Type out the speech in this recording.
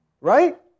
Right